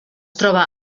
troba